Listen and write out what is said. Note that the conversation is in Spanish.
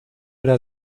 era